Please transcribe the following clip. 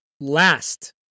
last